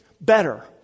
better